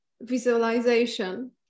visualization